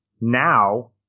Now